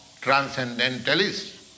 transcendentalists